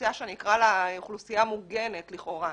לאוכלוסייה שנקרא לה אוכלוסייה מוגנת, לכאורה.